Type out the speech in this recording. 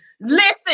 Listen